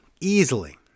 Easily